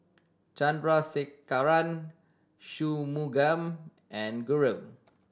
Chandrasekaran Shunmugam and Guru